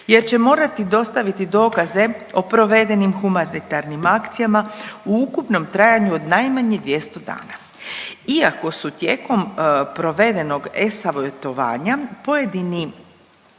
jer će morati dostaviti dokaze o provedenim humanitarnim akcijama u ukupnom trajanju od najmanje 200 dana. Iako su tijekom provedenog e-savjetovanja pojedini